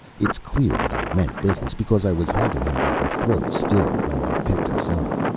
it's clear that i meant business, because i was holding him by the throat still when they picked us up.